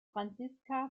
franziska